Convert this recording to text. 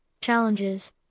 challenges